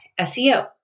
SEO